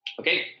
Okay